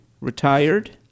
retired